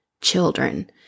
children